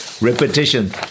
repetition